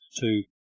two